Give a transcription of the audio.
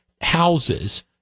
houses